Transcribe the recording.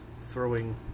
throwing